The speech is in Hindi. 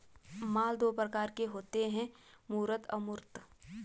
माल दो प्रकार के होते है मूर्त अमूर्त